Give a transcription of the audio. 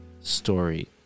story